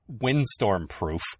windstorm-proof